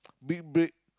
big bag